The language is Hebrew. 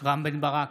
רם בן ברק,